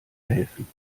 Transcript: helfen